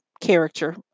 character